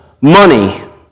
money